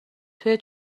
توی